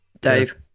Dave